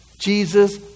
Jesus